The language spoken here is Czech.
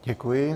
Děkuji.